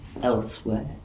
elsewhere